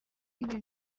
ibi